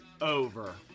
over